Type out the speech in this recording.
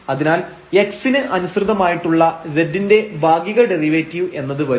അതിനാൽ x ന് അനുസൃതമായിട്ടുള്ള z ന്റെ ഭാഗിക ഡെറിവേറ്റീവ് എന്നത് വരും